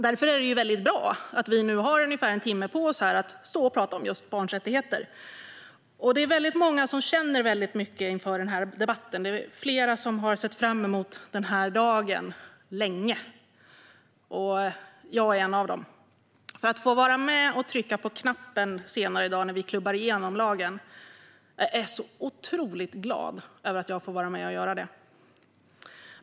Därför är det bra att vi nu har ungefär en timme på oss att stå här och tala om just barns rättigheter. Det är många som känner mycket inför den här debatten. Det är flera som länge har sett fram emot den här dagen, och jag är en av dem. Jag är så otroligt glad att jag får vara med och trycka på knappen senare i dag, när vi klubbar igenom lagen.